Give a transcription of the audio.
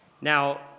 Now